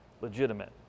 legitimate